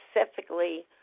specifically